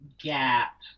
gap